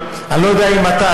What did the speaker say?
אני לא יודע אם אתה,